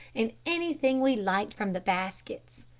and anything we liked from the baskets.